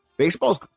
Baseball's